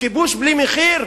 כיבוש בלי מחיר?